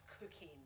cooking